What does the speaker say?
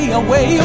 away